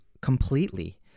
completely